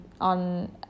on